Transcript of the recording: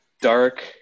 dark